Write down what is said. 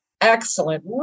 Excellent